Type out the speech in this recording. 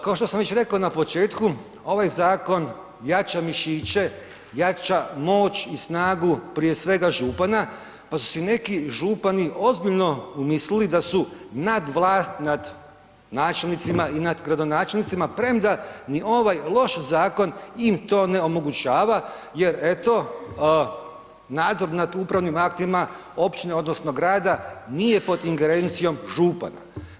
Kao što sam već rekao na početku ovaj zakon jača mišiće, jača moć i snagu prije svega župana, pa su si neki župani ozbiljno umislili da su nadvlast nad načelnicima i nad gradonačelnicima premda ni ovaj loš zakon im to ne omogućava jer eto nadzor nad upravnim aktima općine odnosno grada nije pod ingerencijom župana.